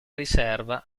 riserva